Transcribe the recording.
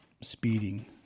speeding